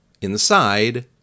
Inside